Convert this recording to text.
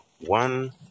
One